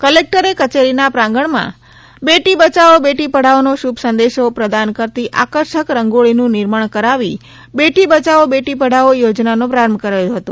કલેક્ટરે કચેરીના પ્રાંગણમાં બેટી બયાવો બેટી પઢાઓનો શુભ સંદેશો પ્રદાન કરતી આકર્ષક રંગોળીનું નિર્માણ કરાવી બેટી બયાવો બેટી પઢાઓ યોજનાનો પ્રારંભ કર્યો હતો